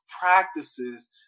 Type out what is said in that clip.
practices